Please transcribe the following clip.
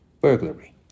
Burglary